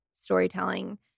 storytelling